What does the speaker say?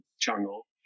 jungle